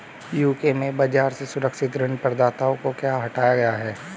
UK में बाजार से सुरक्षित ऋण प्रदाताओं को क्यों हटाया गया?